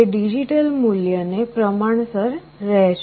તે ડિજિટલ મૂલ્ય ને પ્રમાણસર રહેશે